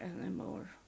anymore